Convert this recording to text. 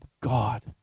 God